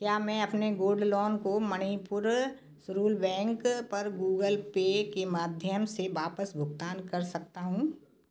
क्या मैं अपने गोल्ड लोन को मणिपुर रूल बैंक पर गूगल पे के माध्यम से वापस भुगतान कर सकता हूँ